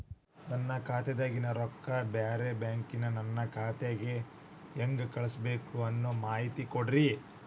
ನನ್ನ ಖಾತಾದಾಗಿನ ರೊಕ್ಕ ಬ್ಯಾರೆ ಬ್ಯಾಂಕಿನ ನನ್ನ ಖಾತೆಕ್ಕ ಹೆಂಗ್ ಕಳಸಬೇಕು ಅನ್ನೋ ಮಾಹಿತಿ ಕೊಡ್ರಿ?